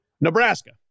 Nebraska